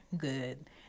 good